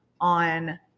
on